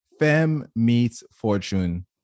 Femmeetsfortune